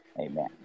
Amen